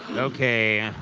okay.